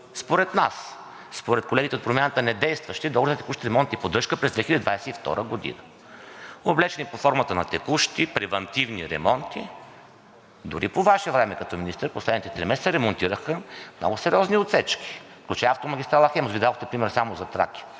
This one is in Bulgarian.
според нас, според колегите от Промяната недействащи, договори за текущи ремонти и поддръжка през 2022 г. Облечени под формата на текущи, превантивни ремонти, дори по Ваше време като министър в последните три месеца, ремонтираха много сериозни отсечки, включая автомагистрала „Хемус“. Вие дадохте пример само за „Тракия“.